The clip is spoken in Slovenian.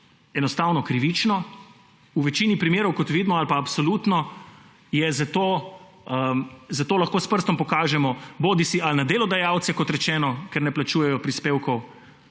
enostavno krivično. V večini primerov, kot vidimo, ali pa absolutno lahko s prstom pokažemo bodisi na delodajalce, ker ne plačujejo prispevkov,